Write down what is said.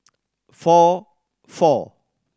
four four